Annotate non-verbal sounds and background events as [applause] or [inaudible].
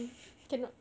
[laughs]